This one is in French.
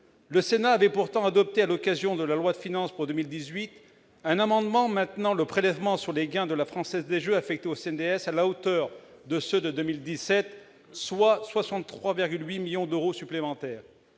Le Sénat avait pourtant adopté, à l'occasion de l'examen du projet de loi de finances pour 2018, un amendement qui permettait de maintenir le prélèvement sur les gains de la Française des jeux affecté au CNDS à la hauteur de celui de 2017, soit 63,8 millions d'euros supplémentaires.